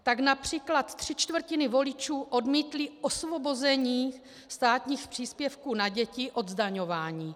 Tak např. tři čtvrtiny voličů odmítly osvobození státních příspěvků na děti od zdaňování.